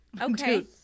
okay